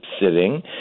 sitting